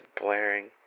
blaring